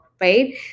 right